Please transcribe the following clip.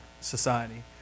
society